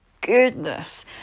goodness